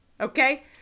okay